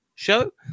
show